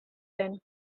then